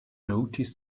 notice